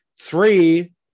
Three